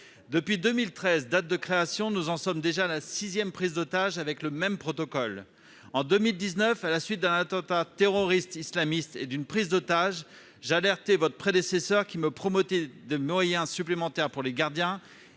Depuis 2013, année de création de cette prison, nous en sommes déjà à la sixième prise d'otage selon le même protocole. En 2019, à la suite d'un attentat terroriste islamiste et d'une prise d'otage, j'alertais votre prédécesseur, qui me promettait des moyens supplémentaires pour les gardiens